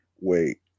Wait